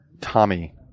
Tommy